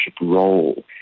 role